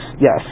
Yes